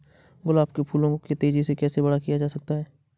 गुलाब के फूलों को तेजी से कैसे बड़ा किया जा सकता है?